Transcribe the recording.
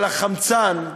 אבל החמצן,